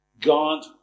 God